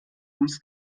ums